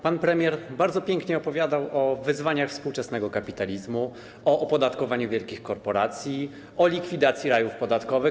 Pan premier bardzo pięknie opowiadał o wyzwaniach współczesnego kapitalizmu, o opodatkowaniu wielkich korporacji, o likwidacji rajów podatkowych.